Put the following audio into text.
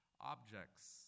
objects